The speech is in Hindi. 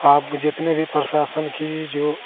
आप जीतने भी प्रशासन की जो